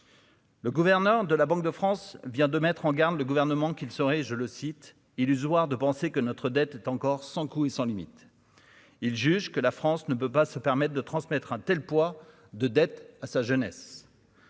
Le gouverneur de la Banque de France vient de mettre en garde le gouvernement qu'il, je le cite, illusoire de penser que notre dette encore sans coup et sans limite, il juge que la France ne peut pas se permettre de transmettre un tel poids de dettes à sa jeunesse.